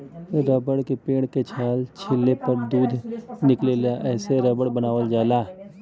rubber के पेड़ के छाल छीलले पर दूध निकलला एसे रबर बनावल जाला